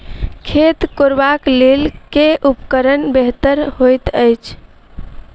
खेत कोरबाक लेल केँ उपकरण बेहतर होइत अछि?